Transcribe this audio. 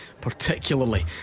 particularly